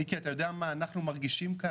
מיקי, אתה יודע מה אנחנו מרגישים כאן?